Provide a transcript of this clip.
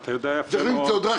אנחנו נזמן ישיבה עם משרד האוצר,